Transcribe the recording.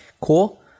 cool